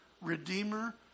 redeemer